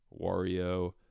Wario